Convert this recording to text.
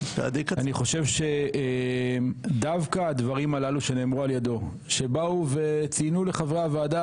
אני חושב שדווקא הדברים הללו שנאמרו על ידו שבאו וציינו לחברי הוועדה,